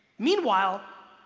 meanwhile,